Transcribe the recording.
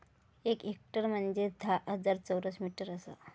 एक हेक्टर म्हंजे धा हजार चौरस मीटर आसा